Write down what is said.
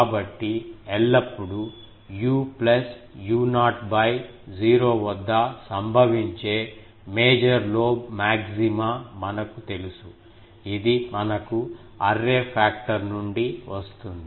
కాబట్టి ఎల్లప్పుడూ u plus u0 0 వద్ద సంభవించే మేజర్ లోబ్ మాగ్జిమా మనకు తెలుసు ఇది మనకు అర్రే పాక్టర్ నుండి వస్తుంది